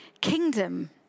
kingdom